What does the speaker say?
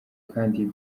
kandi